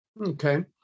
Okay